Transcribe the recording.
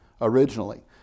originally